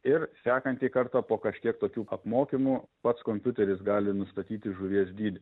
ir sekantį kartą po kažkiek tokių apmokymų pats kompiuteris gali nustatyti žuvies dydį